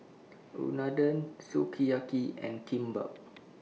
Unadon Sukiyaki and Kimbap